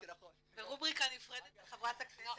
ורובריקה נפרדת לחברת הכנסת --- אנחנו